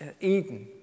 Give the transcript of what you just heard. Eden